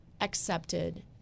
accepted